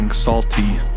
salty